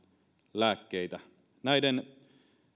lääkkeitä näiden